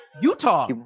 Utah